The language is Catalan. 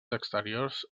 exteriors